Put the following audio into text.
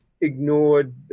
ignored